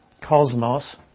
cosmos